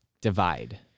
divide